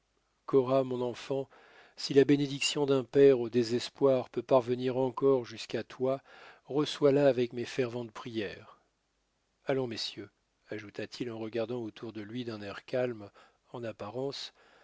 cora mon enfant si la bénédiction d'un père au désespoir peut parvenir encore jusqu'à toi reçois la avec mes ferventes prières allons messieurs ajoutat il en regardant autour de lui d'un air calme en apparence